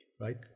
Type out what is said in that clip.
right